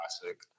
Classic